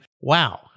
Wow